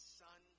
son